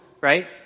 right